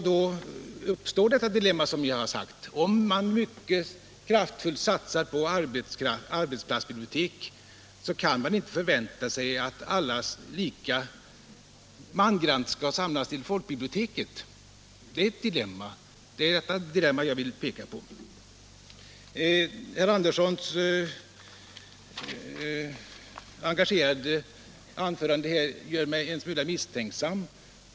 Då uppstår också det dilemma som vi har redovisat: om man mycket kraftfullt satsar på arbetsplatsbibliotek, kan man inte förvänta sig att alla lika mangrant skall samlas till folkbiblioteket. Det är detta dilemma jag vill peka på. Herr Anderssons engagerade anförande gör mig en smula misstänksam.